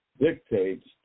dictates